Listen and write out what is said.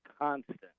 constant